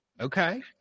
Okay